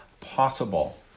possible